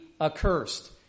accursed